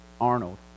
Arnold